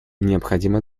необходимо